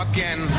Again